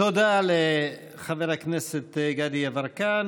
תודה לחבר הכנסת גדי יברקן.